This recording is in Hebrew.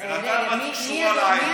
בינתיים את קשורה לעץ.